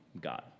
God